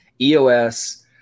EOS